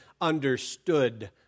understood